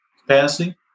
capacity